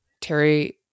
Terry